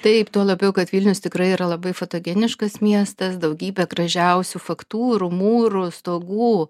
taip tuo labiau kad vilnius tikrai yra labai fotogeniškas miestas daugybė gražiausių faktūrų mūrų stogų